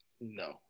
No